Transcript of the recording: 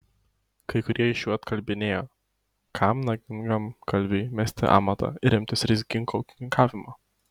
kai kurie iš jų atkalbinėjo kam nagingam kalviui mesti amatą ir imtis rizikingo ūkininkavimo